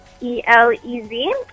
E-L-E-Z